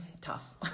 tough